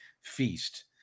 feast